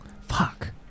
Fuck